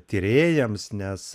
tyrėjams nes